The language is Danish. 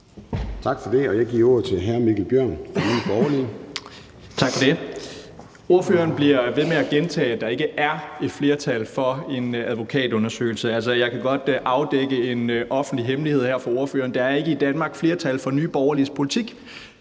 Tak for det. Og jeg giver ordet til hr. Mikkel Bjørn fra Nye Borgerlige. Kl. 14:09 Mikkel Bjørn (NB): Tak for det. Ordføreren bliver ved med at gentage, at der ikke er et flertal for en advokatundersøgelse. Altså, jeg kan godt afdække en offentlig hemmelighed her for ordføreren: Der er ikke i Danmark et flertal for Nye Borgerliges politik.